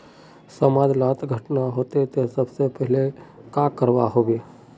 समाज डात घटना होते ते सबसे पहले का करवा होबे?